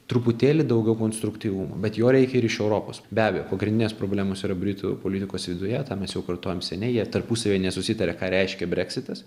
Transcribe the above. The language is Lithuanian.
truputėlį daugiau konstruktyvumo bet jo reikia ir iš europos be abejo pagrindinės problemos yra britų politikos viduje tą mes jau kartojam seniai jie tarpusavyje nesusitaria ką reiškia breksitas